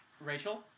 Rachel